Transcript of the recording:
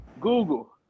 Google